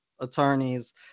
attorneys